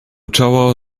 czoło